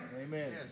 Amen